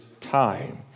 time